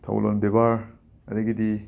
ꯊꯧꯒꯜꯂꯣꯟ ꯕꯦꯕꯥꯔ ꯑꯗꯒꯤꯗꯤ